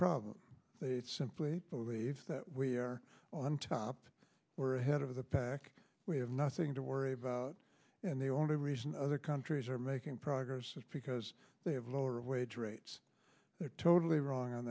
problem it simply believes that we are on top we're ahead of the pack we have nothing to worry about and the only reason other countries are making progress is because they have lower wage rates they're totally wrong on